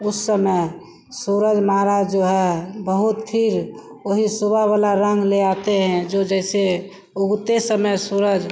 उस समय सूरज महाराज जो है बहुत फिर वही सुबह वाला रंग ले आते हैं जो जैसे उगते समय सूरज